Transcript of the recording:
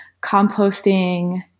composting